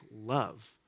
love